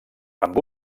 amb